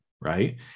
right